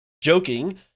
Joking